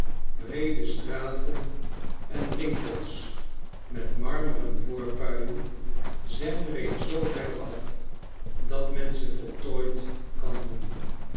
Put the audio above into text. breede straten en winkels met marmeren voorpuien zijn reeds zoo ver af dat men ze voltooid kan noemen